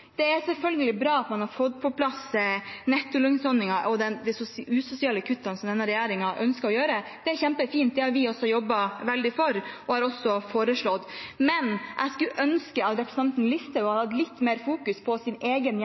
det som er kommet på plass. Det er selvfølgelig bra at man har fått på plass nettolønnsordningen og gjort noe med de usosiale kuttene som denne regjeringen har ønsket. Det er kjempefint, det har vi også jobbet veldig for og har også foreslått. Men jeg skulle ønske at representanten Listhaug hadde hatt litt mer fokus på